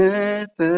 earth